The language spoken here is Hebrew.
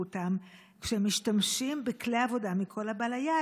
אותם כשהם משתמשים בכלי עבודה מכל הבא ליד.